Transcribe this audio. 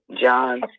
john